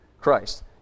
Christ